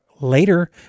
later